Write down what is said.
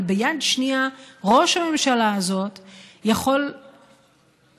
אבל ביד שנייה ראש הממשלה הזאת יכול לשים